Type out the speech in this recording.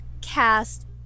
cast